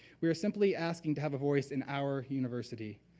we're simply asking to have a voice in our university.